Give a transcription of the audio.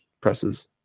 presses